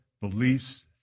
beliefs